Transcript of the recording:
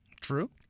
True